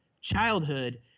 childhood